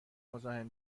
مزاحم